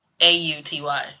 A-U-T-Y